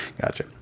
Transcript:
gotcha